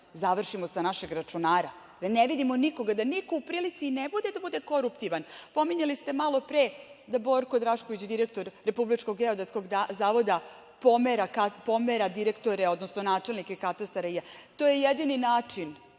završimo sa našeg računara, da ne vidimo nikoga, da niko u prilici ne bude da bude koruptivan. Pominjali ste malopre da Borko Drašković, direktor RGZ pomera direktore, odnosno načelnike katastra. To je jedini način